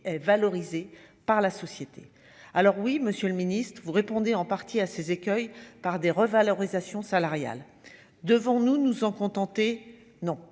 est valorisé par la société, alors oui, Monsieur le Ministre, vous répondez en partie à ces écueils par des revalorisations salariales, devons nous nous en contenter non